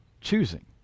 choosing